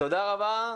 תודה רבה.